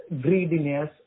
greediness